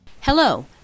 Hello